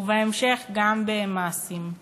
ובהמשך, גם במעשים.